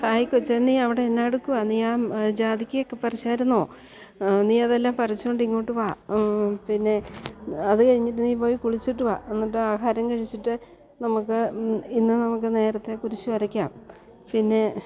hi കൊച്ചേ നീയവിടെയെന്നായെടുക്കുവാ നീയാ ജാതിക്കയൊക്കെ പറിച്ചായിരുന്നോ നീയതെല്ലാം പറിച്ചു കൊണ്ടിങ്ങോട്ടു വാ പിന്നെ അതു കഴിഞ്ഞിട്ട് നീ പോയി കുളിച്ചിട്ടു വാ എന്നിട്ടാഹാരം കഴിച്ചിട്ട് നമുക്ക് ഇന്ന് നമുക്ക് നേരത്തേ കുരിശ് വരക്കാം പിന്നെ